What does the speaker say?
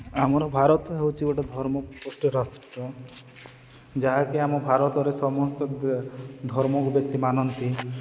ଆମର ଭାରତ ହେଉଛି ଗୋଟେ ଧର୍ମନିରପେକ୍ଷ ରାଷ୍ଟ୍ର ଯାହାକି ଆମ ଭାରତରେ ସମସ୍ତ ଧର୍ମକୁ ବେଶୀ ମାନନ୍ତି